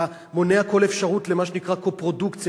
אתה מונע כל אפשרות למה שנקרא קופרודוקציה,